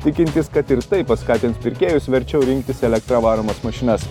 tikintis kad ir tai paskatins pirkėjus verčiau rinktis elektra varomas mašinas